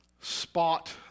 spot